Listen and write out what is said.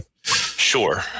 Sure